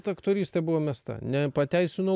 ta aktorystė buvo mesta nepateisino